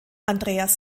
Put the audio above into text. andreas